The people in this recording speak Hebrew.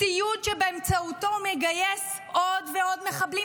ציוד שבאמצעותו הוא מגייס עוד ועוד מחבלים?